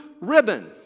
ribbon